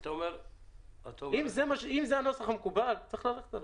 אם זה הנוסח המקובל, צריך ללכת עליו.